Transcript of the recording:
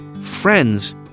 friends